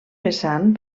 vessant